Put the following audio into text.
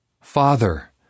Father